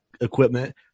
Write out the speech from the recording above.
equipment